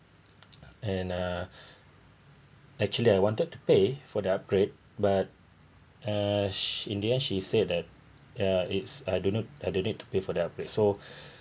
and ah actually I wanted to pay for the upgrade but as she in the end she said that yeah it's I do not I do not need to pay for the upgrade so